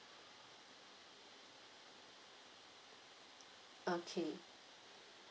okay